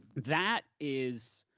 that is,